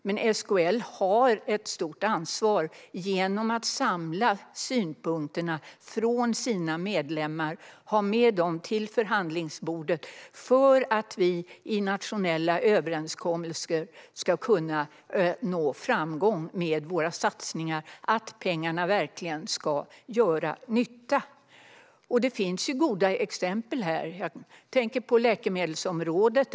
Men SKL har ett stort ansvar genom att samla synpunkterna från sina medlemmar och ta med dem till förhandlingsbordet för att vi i nationella överenskommelser ska kunna nå framgång med våra satsningar så att pengarna verkligen gör nytta. Det finns goda exempel. Jag tänker på läkemedelsområdet.